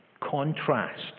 contrast